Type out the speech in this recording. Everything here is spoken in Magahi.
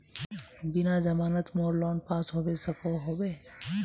बिना जमानत मोर लोन पास होबे सकोहो होबे?